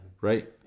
Right